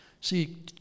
See